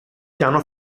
piano